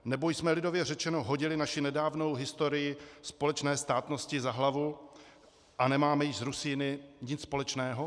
Nebo jsme lidově řečeno hodili naši nedávnou historii společné státnosti za hlavu a nemáme již s Rusíny nic společného?